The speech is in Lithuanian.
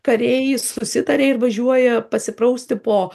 kariai susitaria ir važiuoja pasiprausti po